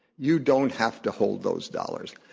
you don't have to hold those dollars.